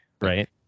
right